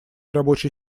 рабочей